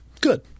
Good